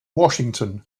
washington